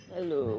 Hello